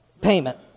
payment